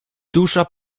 dusza